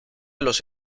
los